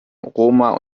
roma